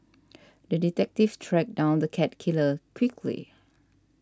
the detective tracked down the cat killer quickly